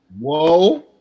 Whoa